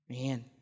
Man